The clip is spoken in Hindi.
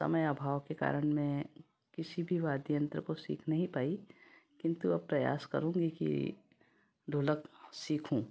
समय अभाव के कारण मैं किसी भी वाद्य यंत्र को सीख नहीं पाई किंतु अब प्रयास करूँगी कि ढोलक सीखूँ